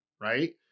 Right